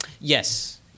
Yes